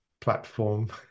platform